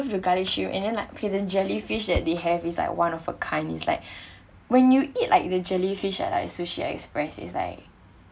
the garlic shit and then like okay the jellyfish that they have is like one of a kind is like when you eat like the jellyfish at like sushi express is like